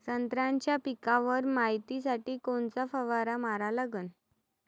संत्र्याच्या पिकावर मायतीसाठी कोनचा फवारा मारा लागन?